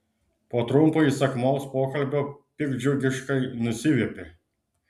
po trumpo įsakmaus pokalbio piktdžiugiškai nusiviepė